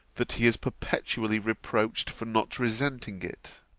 that he is perpetually reproached for not resenting it